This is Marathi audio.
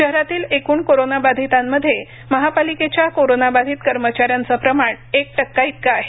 शहरातील एकूण करोना बाधितांमध्ये महापालिकेच्या कोरोनाबाधित कर्मचार्यावचे प्रमाण एक टक्का इतके आहे